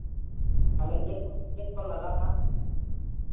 ᱛᱟᱦᱚᱞᱮ ᱪᱮᱫ ᱠᱚ ᱞᱟᱜᱟᱜᱼᱟ